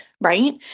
right